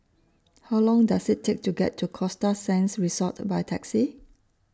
How Long Does IT Take to get to Costa Sands Resort By Taxi